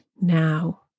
now